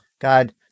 God